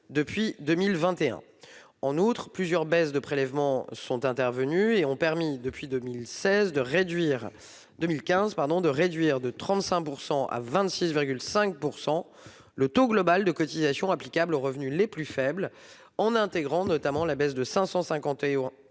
de 2021. En outre, plusieurs baisses des prélèvements sont intervenues et ont permis, depuis 2015, de réduire de 35 % à 26,5 % le taux global de cotisations applicable aux revenus les plus faibles, en intégrant notamment la baisse de 550 euros